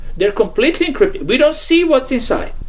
they're completely encrypted. we don't see what's inside.